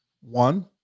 One